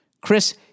Chris